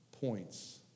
points